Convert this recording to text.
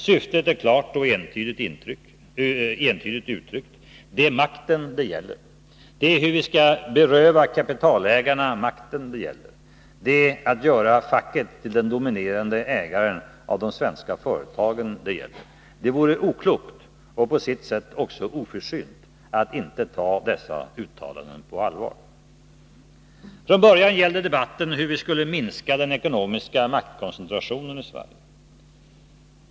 Syftet är klart och entydigt uttryckt. Det är makten det gäller. Det är hur vi skall beröva kapitalägarna makten det gäller. Det är att göra facket till den dominerande ägaren av de svenska företagen det gäller. Det vore oklokt, och på sikt sett också oförsynt, att inte ta dessa uttalanden på allvar. Från början gällde debatten hur vi skulle minska den ekonomiska maktkoncentrationen i Sverige.